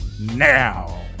now